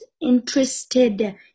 interested